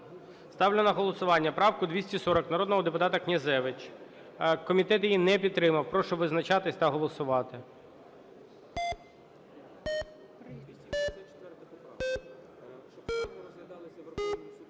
Ставлю на голосування правку 255 народного депутата Алєксєєва. Комітет її не підтримав. Прошу визначатись та голосувати.